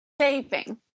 saving